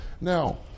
Now